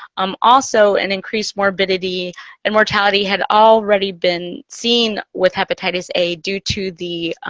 um also an increased morbidity and mortality had already been seen with hepatitis a. due to the,